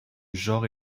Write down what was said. genre